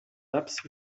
apps